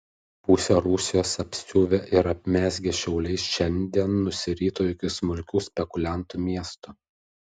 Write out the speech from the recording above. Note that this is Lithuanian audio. pusę rusijos apsiuvę ir apmezgę šiauliai šiandien nusirito iki smulkių spekuliantų miesto